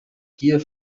gier